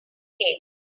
game